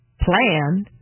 plan